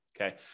okay